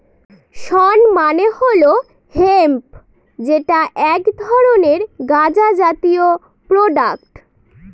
শণ মানে হল হেম্প যেটা এক ধরনের গাঁজা জাতীয় প্রোডাক্ট